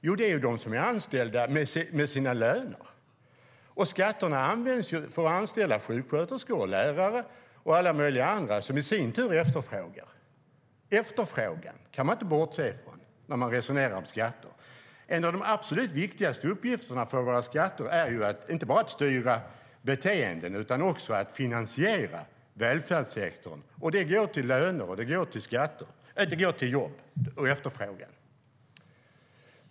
Jo, det är de som är anställda med lön. Skatterna används för att anställa sjuksköterskor, lärare och alla möjliga andra som i sin tur efterfrågar saker. Efterfrågan kan man inte bortse från när man resonerar om skatter. Ett av de absolut viktigaste syftena med våra skatter är inte bara att styra beteenden utan också att finansiera välfärdssektorn. Skatterna går till löner, jobb och efterfrågan.